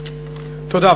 תודה.